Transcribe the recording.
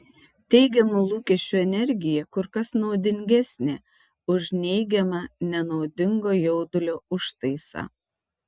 teigiamų lūkesčių energija kur kas naudingesnė už neigiamą nenaudingo jaudulio užtaisą